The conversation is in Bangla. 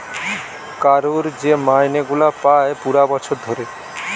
কারুর যে মাইনে গুলা পায় পুরা বছর ধরে